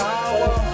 Power